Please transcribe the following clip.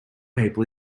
people